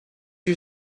you